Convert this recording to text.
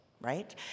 right